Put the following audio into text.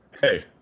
hey